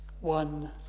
One